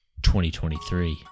2023